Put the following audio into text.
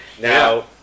Now